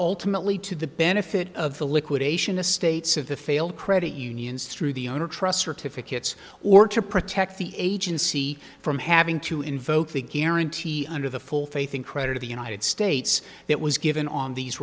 alternately to the benefit of the liquidation the states of the failed credit unions through the owner trust certificates or to protect the agency from having to invoke the guarantee under the full faith and credit of the united states that was given on these